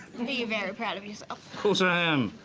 are you very proud of yourself? of course i am!